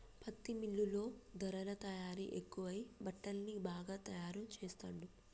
పత్తి మిల్లుల్లో ధారలా తయారీ ఎక్కువై బట్టల్ని బాగా తాయారు చెస్తాండ్లు